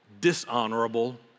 dishonorable